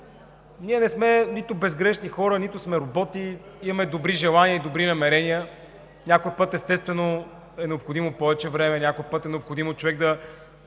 Ние не сме нито безгрешни хора, нито сме роботи, имаме добри желания и добри намерения. Някой път естествено е необходимо повече време. Някой път е необходимо човек ей